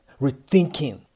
rethinking